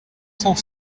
cent